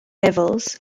levels